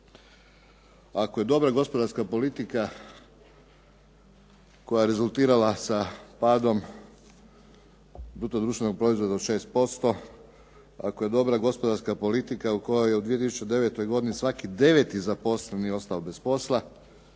Ako je dobra gospodarska politika koja je rezultirala sa padom BDP-a od 6%, ako je dobra gospodarska politika u kojoj je u 2009. godini svaki 9 zaposleni ostao bez posla,